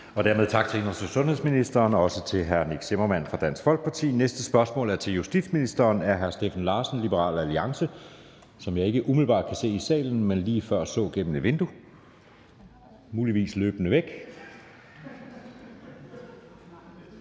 Dermed tak til indenrigs- og sundhedsministeren. Også tak til hr. Nick Zimmermann fra Dansk Folkeparti. Næste spørgsmål er til justitsministeren, og det er af hr. Steffen Larsen, Liberal Alliance. Jeg kan ikke umiddelbart se ham i salen, men jeg så ham lige før gennem et vindue – muligvis løbende væk.